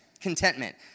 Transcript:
contentment